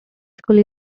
school